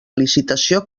licitació